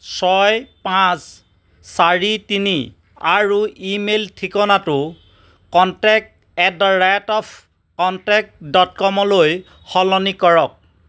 ছয় পাঁচ চাৰি তিনি আৰু ইমেইল ঠিকনাটো contact at the rate of contact dot com লৈ সলনি কৰক